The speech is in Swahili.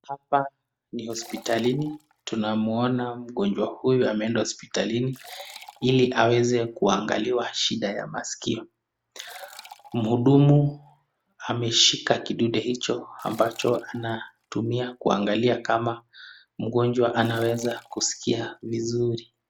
hapa ni hosipitalini, tunamwuona mgonjwa huyu ameenda hosipitalini iliaweze kuangaliwa shida ya maskio, muhudumu ameshika kidude hicho ambacho anatumia kuangalia kama mgonjwa anaweza kuskia vizuri.